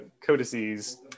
codices